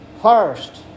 First